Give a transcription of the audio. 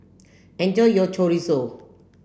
enjoy your chorizo